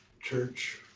church